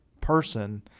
person